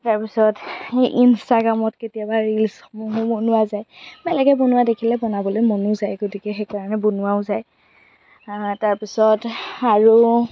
তাৰ পাছত সেই ইনষ্টাগ্ৰামত কেতিয়াবা ৰিলছসমূহো বনোৱা যায় বেলেগে বনোৱা দেখিলে বনাবলৈ মনো যায় গতিকে সেইকাৰণে বনোৱাও যায় তাৰ পিছত আৰু